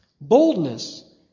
Boldness